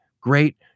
Great